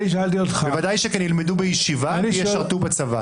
ילמדו בישיבה וישרתו בצבא.